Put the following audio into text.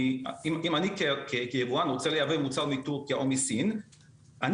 אם אני כיבואן רוצה לייבא מוצר מתורכיה או מסין אני